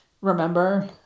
remember